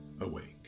Awake